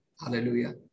Hallelujah